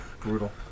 Brutal